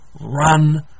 run